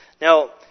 Now